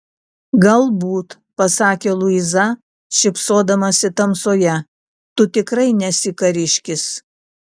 galbūt pasakė luiza šypsodamasi tamsoje tu tikrai nesi kariškis